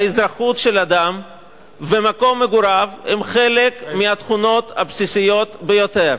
האזרחות של אדם ומקום מגוריו הם חלק מהתכונות הבסיסיות ביותר.